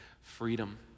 freedom